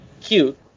cute